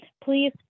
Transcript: please